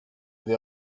vais